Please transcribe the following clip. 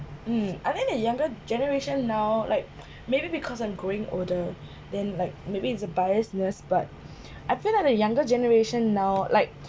mm I think the younger generation now like maybe because I'm growing older then like maybe it's a biasness but I feel like the younger generation now like